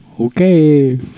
okay